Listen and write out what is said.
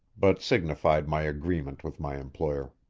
but signified my agreement with my employer.